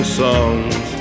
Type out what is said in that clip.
songs